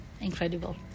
incredible